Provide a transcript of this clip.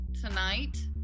tonight